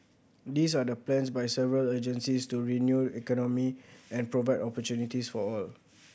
these are the plans by several agencies to renew economy and provide opportunities for all